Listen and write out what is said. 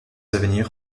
avenir